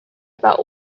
about